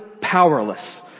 powerless